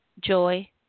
joy